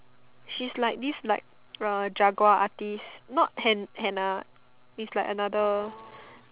she's like this like uh jaguar artist not hen henna is like other